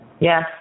Yes